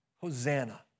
Hosanna